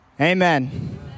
amen